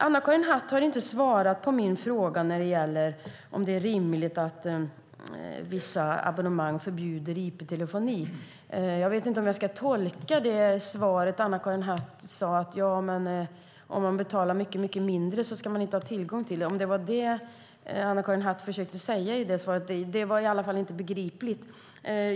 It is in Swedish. Anna-Karin Hatt har inte svarat på min fråga om det är rimligt att vissa abonnemang förbjuder IP-telefoni. Jag vet inte hur jag ska tolka det svaret. Anna-Karin Hatt sade att om man betalar mycket mindre ska man inte ha tillgång till det. Var det vad Anna-Karin Hatt försökte säga i svaret? Det var i alla fall inte begripligt.